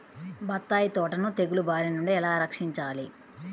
బత్తాయి తోటను తెగులు బారి నుండి ఎలా రక్షించాలి?